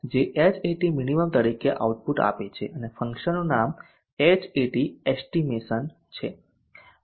જે Hat minimum તરીકે output આપે છે અને ફંક્શનનું નામ Hat એસ્ટીમેશન છે